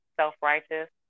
self-righteous